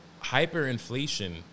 hyperinflation